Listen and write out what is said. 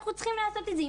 אנחנו צריכים לעשות את זה.